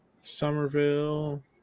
Somerville